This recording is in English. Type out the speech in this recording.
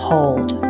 Hold